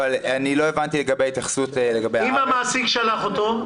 אבל אני לא הבנתי את ההתייחסות לגבי --- אם המעסיק שלח אותו,